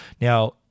Now